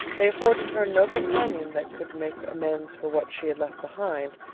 they afforded her no companion that could make amends for what she had left behind,